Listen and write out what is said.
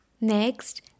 Next